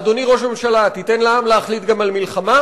אדוני ראש הממשלה, תיתן לעם להחליט גם על מלחמה?